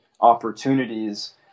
opportunities